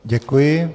Děkuji.